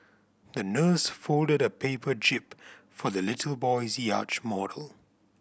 the nurse folded a paper jib for the little boy's yacht model